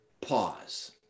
pause